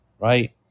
right